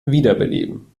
wiederbeleben